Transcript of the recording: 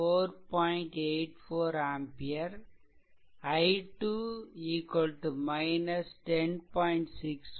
8 4 ampere மற்றும் i2 10